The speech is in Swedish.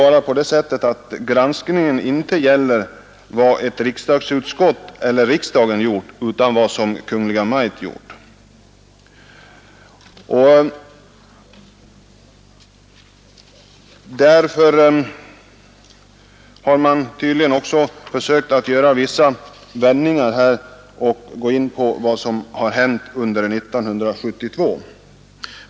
Granskningen bör väl ändå inte gälla vad ett riksdagsutskott eller riksdagen gjort utan vad Kungl. Maj:t gjort. Därför har man tydligen försökt göra vissa vändningar och gå in på vad som har hänt under 1972.